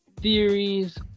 Theories